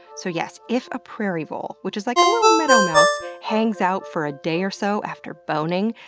so yes if a prairie vole which is like a little meadow mouse hangs out for a day or so after boning,